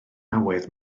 awydd